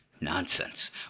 Nonsense